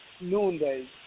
noonday